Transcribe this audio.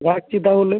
রাখছি তাহলে